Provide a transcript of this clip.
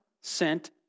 sent